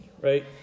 right